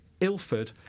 Ilford